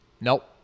Nope